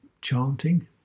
chanting